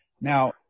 Now